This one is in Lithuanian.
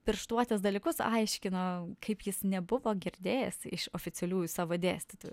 pirštuotės dalykus aiškino kaip jis nebuvo girdėjęs iš oficialiųjų savo dėstytojų